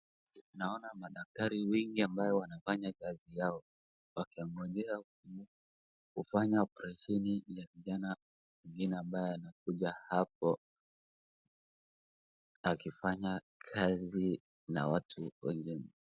Naona madaktari wengi wanafanya kazi yao wakiongojea kufanya oparesheni ya vijana mwingine ambaye anakuja hapo akifanya kazi na watu wengine.